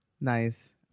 Nice